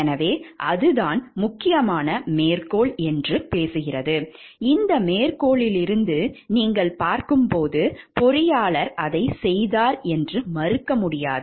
எனவே அதுதான் முக்கியமான மேற்கோள் என்று பேசுகிறது இந்த மேற்கோளிலிருந்து நீங்கள் பார்க்கும்போது பொறியாளர் அதைச் செய்தார் என்று மறுக்க முடியாது